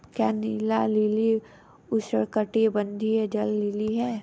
क्या नीला लिली उष्णकटिबंधीय जल लिली है?